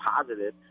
positive